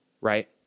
right